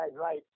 right